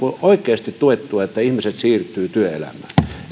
oikeasti tuettua että ihmiset siirtyvät työelämään